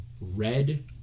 red